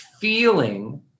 feeling